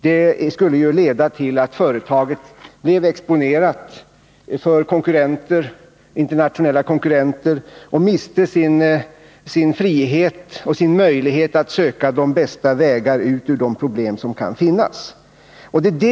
Det skulle ju leda till att företaget blev exponerat för internationella konkurrenter och miste sin frihet och sin möjlighet att söka de bästa vägarna ut ur de problem som kan finnas.